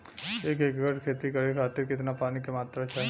एक एकड़ खेती करे खातिर कितना पानी के मात्रा चाही?